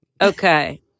Okay